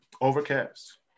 Overcast